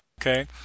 Okay